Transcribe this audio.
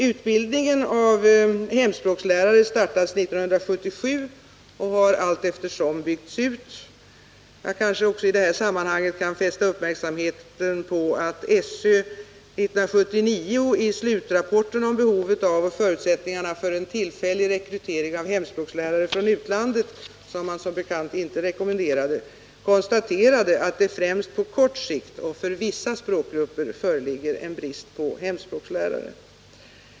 Utbildningen av hemspråkslärare startades 1977 och har allteftersom byggts ut. Jag kan i detta sammanhang också fästa uppmärksamheten på att SÖ 1979 i slutrapporten om behovet av och förutsättningarna för en tillfällig rekrytering av hemspråkslärare från utlandet — vilket SÖ som be främst på kort sikt och för vissa språkgrupper kommer att föreligga en brist på hemspråkslärare.